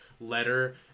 letter